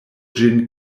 ĝin